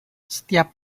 setiap